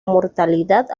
mortalidad